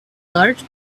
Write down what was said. large